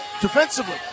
Defensively